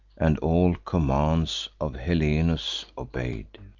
and all commands of helenus obey'd,